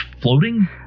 floating